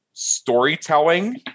storytelling